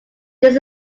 this